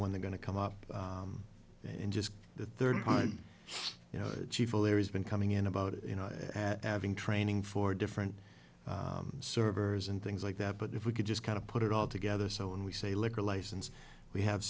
when they're going to come up and just the third time you know there has been coming in about it you know at having training for different servers and things like that but if we could just kind of put it all together so when we say liquor license we have